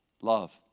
Love